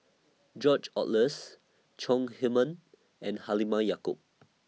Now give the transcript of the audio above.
George Oehlers Chong Heman and Halimah Yacob